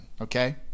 Okay